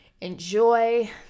enjoy